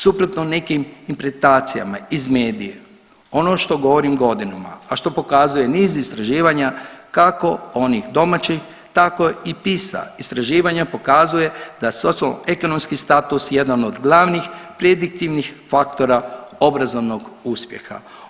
Suprotno nekim interpretacijama iz medija ono što govorim godinama, a što pokazuje niz istraživanja kako onih domaćih tako i PISA, istraživanja pokazuju da socioekonomski status je jedan od glavnih prediktivnih faktora obrazovnog uspjeha.